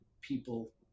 people